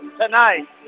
tonight